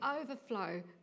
overflow